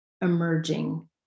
emerging